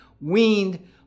weaned